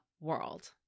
world